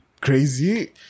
crazy